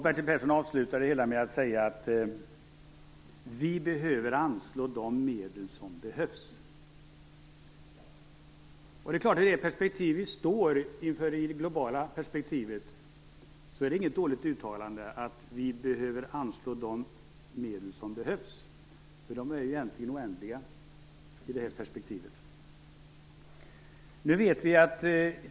Bertil Persson avslutade med att säga: Vi behöver anslå de medel som behövs. Det är klart; med det globala perspektiv vi står inför är det inget dåligt uttalande. De medel som behövs är ju egentligen oändliga i det perspektivet.